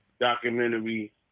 documentary